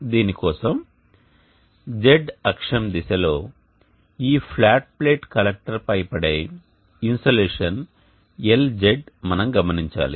దీనికోసం z అక్షం దిశలో ఈ ఫ్లాట్ ప్లేట్ కలెక్టర్ పై పడే ఇన్సోలేషన్ Lz మనం గమనించాలి